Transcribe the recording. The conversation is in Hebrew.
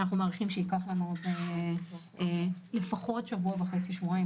אני מעריכה שייקח לנו לפחות שבוע וחצי-שבועיים